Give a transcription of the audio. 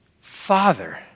Father